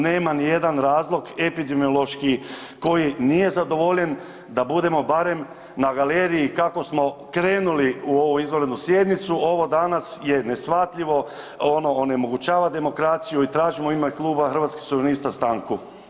Nema ni jedan razlog epidemiološki koji nije zadovoljen da budemo barem na galeriji kako smo krenuli u ovu izvanrednu sjednicu, ovo danas je neshvatljivo ono onemogućava demokraciju i tražimo u ime Kluba Hrvatskih suverenista stanku.